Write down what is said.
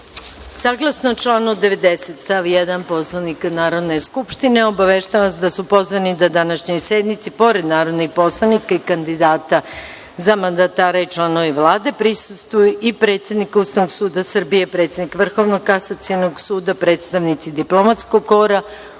članu 90. stav 1. Poslovnika Narodne skupštine, obaveštavam vas da su pozvan da današnjoj sednici, pored narodni poslanika i kandidata za mandatara i članove Vlade, prisustvuje i: predsednik Ustavnog suda Srbije, predsednik Vrhovnog kasacionog suda, predstavnici diplomatskog kora